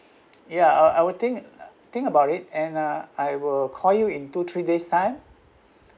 ya I I would think think about it and uh I will call you in two three days time